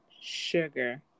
sugar